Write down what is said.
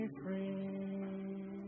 free